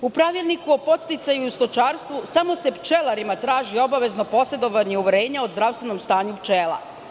U Pravilniku o podsticaju u stočarstvu, samo se pčelarima traži obavezno posedovanje uverenja o zdravstvenom stanju pčela.